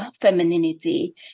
femininity